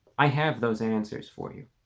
i have those answers for you